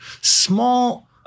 small